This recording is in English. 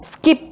skip